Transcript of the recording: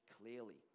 clearly